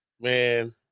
Man